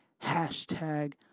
Hashtag